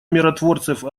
миротворцев